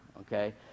okay